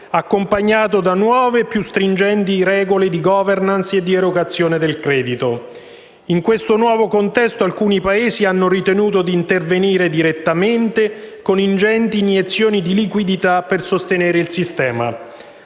accompagnato da nuove e più stringenti regole di *governance* ed erogazione del credito. In questo nuovo contesto, alcuni Paesi hanno ritenuto di intervenire direttamente con ingenti iniezioni di liquidità per sostenere il sistema;